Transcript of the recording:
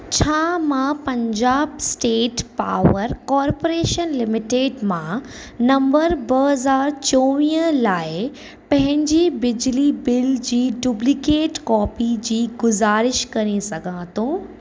छा मां Punjab state power corporation limited मां नंबर ॿ हज़ार चोवीह लाइ पंहिंजी बिजली बिल जी डुप्लीकेट कॉपी जी गुज़ारिश करे सघां थो